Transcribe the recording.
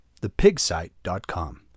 thepigsite.com